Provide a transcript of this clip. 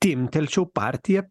timptelčiau partiją